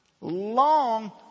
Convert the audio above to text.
long